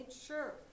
sure